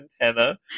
antenna